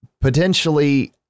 potentially